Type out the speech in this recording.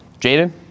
Jaden